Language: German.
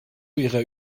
ihrer